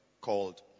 called